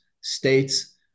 states